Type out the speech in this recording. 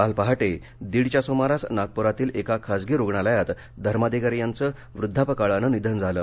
काल पहाटे दीडच्या सुमारास नागपुरातील एका खाजगी रुग्णालयात धर्माधिकारी यांचं वृद्धापकाळाने निधन झाले